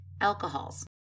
Alcohols